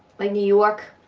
like new york,